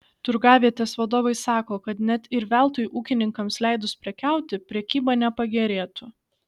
turgavietės vadovai sako kad net ir veltui ūkininkams leidus prekiauti prekyba nepagerėtų